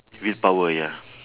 willpower ya